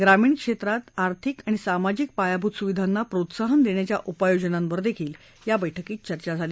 ग्रामीण क्षेत्रात आर्थिक आणि सामाजिक पायाभूत सुविधांना प्रोत्साहन देण्याच्या उपाययोजनांवरही बैठकीत चर्चा झाली